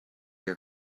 your